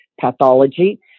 pathology